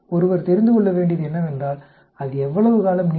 ஒருவர் தெரிந்து கொள்ள வேண்டியது என்னவென்றால் அது எவ்வளவு காலம் நீடிக்கும்